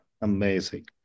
Amazing